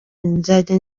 nzajya